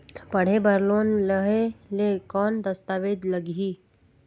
पढ़े बर लोन लहे ले कौन दस्तावेज लगही?